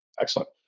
Excellent